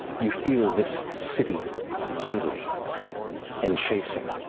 you feel this city hungry and chasing.